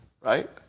Right